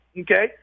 okay